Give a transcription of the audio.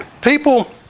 people